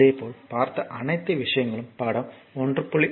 இதேபோல் பார்த்த அனைத்து விஷயங்களும் படம் 1